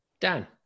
Dan